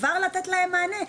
כבר לתת להם מענה,